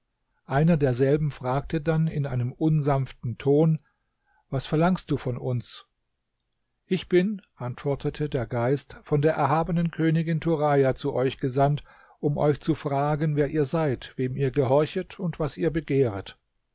einer derselben fragte dann in einem unsanften ton was verlangst du von uns ich bin antwortete der geist von der erhabenen königin turaja zu euch gesandt um euch zu fragen wer ihr seid wem ihr gehorchet und was ihr begehret